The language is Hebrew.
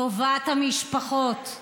טובת המשפחות,